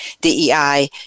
DEI